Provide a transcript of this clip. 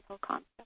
concept